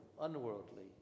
unworldly